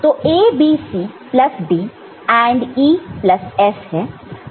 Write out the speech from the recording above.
तो ABC plus D AND E plus F है